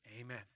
Amen